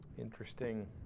Interesting